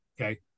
Okay